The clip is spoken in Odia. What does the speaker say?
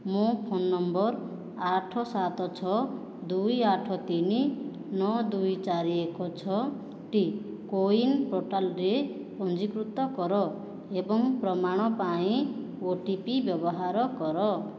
ମୋ ଫୋନ୍ ନମ୍ବର ଆଠ ସାତ ଛଅ ଦୁଇ ଆଠ ତିନ ନଅ ଦୁଇ ଚାରି ଏକ ଛଅଟି କୋ ୱିନ୍ ପୋର୍ଟାଲରେ ପଞ୍ଜୀକୃତ କର ଏବଂ ପ୍ରମାଣ ପାଇଁ ଓ ଟି ପି ବ୍ୟବହାର କର